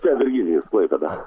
čia virginijus klaipėda